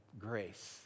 grace